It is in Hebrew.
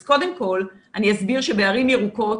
אז קודם כל אני אסביר שבערים ירוקות